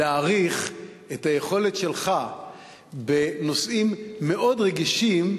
להעריך את היכולת שלך בנושאים מאוד רגישים,